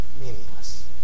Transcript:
meaningless